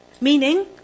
Meaning